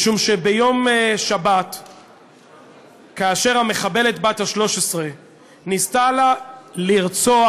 משום שכאשר המחבלת בת ה-13 ניסתה בשבת לרצוח,